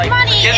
money